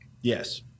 Yes